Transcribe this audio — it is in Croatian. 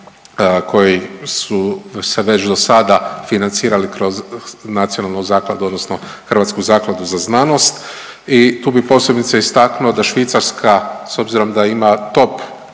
koji su se već dosada financirali kroz nacionalnu zakladu odnosno Hrvatsku zakladu za znanost i tu bi posebice istaknuo da Švicarska s obzirom da ima top